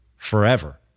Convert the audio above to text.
forever